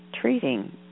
treating